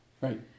Right